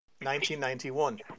1991